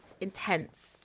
intense